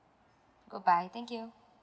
goodbye thank you